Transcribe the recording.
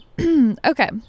Okay